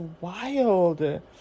wild